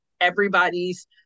everybody's